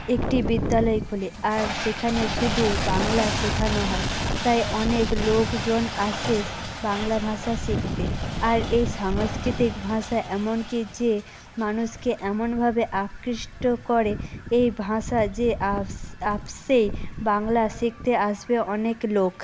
একটি বিদ্যালয় খুলি আর সেখানে শুধু বাংলা শেখানো হয় তাই অনেক লোকজন আসে বাংলা ভাষা শিখতে আর এই সাংস্কৃতিক ভাষা এমন কি যে মানুষকে এমনভাবে আকৃষ্ট করে এই ভাষা যে আপস আপসেই বাংলা শিখতে আসবে অনেক লোক